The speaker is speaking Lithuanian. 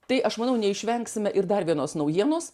tai aš manau neišvengsime ir dar vienos naujienos